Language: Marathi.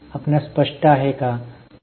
आपण स्पष्ट आहात का